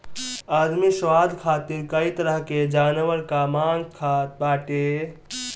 आदमी स्वाद खातिर कई तरह के जानवर कअ मांस खात बाटे